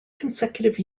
consecutive